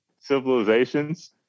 civilizations